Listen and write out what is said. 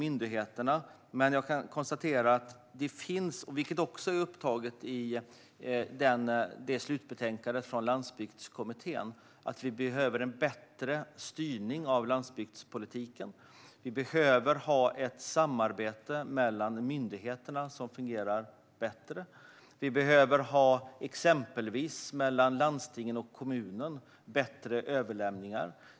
Jag kan dock konstatera att vi, vilket också är upptaget i slutbetänkandet från Landsbygdskommittén, behöver en bättre styrning av landsbygdspolitiken. Vi behöver ha ett samarbete mellan myndigheterna som fungerar bättre. Vi behöver ha exempelvis bättre överlämningar mellan landstingen och kommunerna.